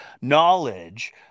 knowledge